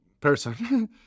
person